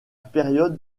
période